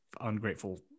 ungrateful